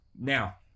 Now